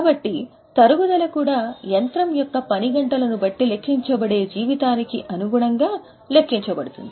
కాబట్టి తరుగుదల కూడా యంత్రము యొక్క పని గంటలను బట్టి లెక్కించబడే జీవితానికి అనుగుణంగా లెక్కించబడుతుంది